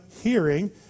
hearing